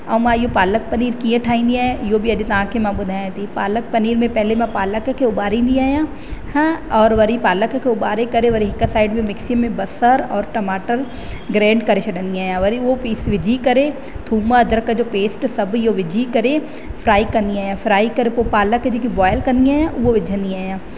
ऐं मां इहो पालक पनीर कीअं ठाहींदी आहियां इहो बि अॼु तव्हांखे मां ॿुधायां थी पालक पनीर में पहिले मां पालक खे उॿारींदी आहियां हा और वरी पालक खे उॿारे करे वरी हिकु साइड में मिक्सी में बसर और टमाटर ग्रेड करे छॾंदी आहियां वरी उहो पीस विझी करे थूम अदरक जो पेस्ट सभु इहो विझी करे फ्राई कंदी आहियां फ्राई करे पोइ पालक जेकी बॉइल कंदी आहियां उहो विझंदी आहियां